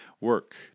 work